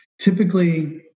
typically